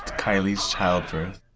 kylie's childbirth.